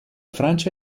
francia